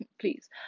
please